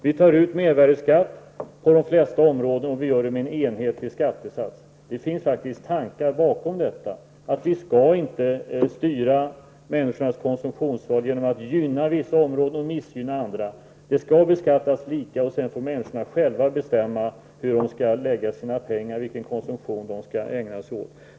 Det tas ut mervärdeskatt på de flesta områden, och det sker med en enhetlig skattesats. Det finns faktiskt tankar bakom detta. Vi skall inte styra människornas konsumtionsval genom att gynna vissa områden och missgynna andra. Beskattningen skall vara lika, och sedan får människorna själva bestämma var de skall lägga sina pengar och vilken konsumtion de skall ägna sig åt.